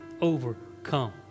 overcome